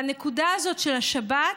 והנקודה הזאת של השבת,